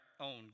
own